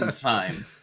time